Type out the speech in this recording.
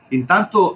intanto